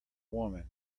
woman